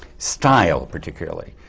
style particularly,